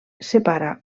separa